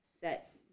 set